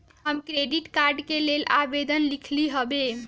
हम credit card के लेल आवेदन लिखली हबे